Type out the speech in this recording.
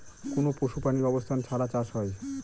কোনো পশু প্রাণীর অবস্থান ছাড়া চাষ হয়